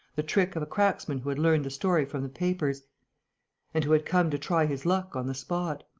the trick of a cracksman who had learnt the story from the papers and who had come to try his luck on the spot.